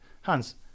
Hans